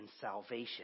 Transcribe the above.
salvation